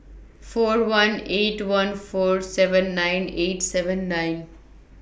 four one eight one four seven nine eight seven nine